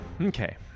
Okay